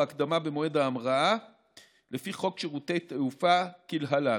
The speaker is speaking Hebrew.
הקדמה במועד ההמראה לפי חוק שירותי תעופה כלהלן: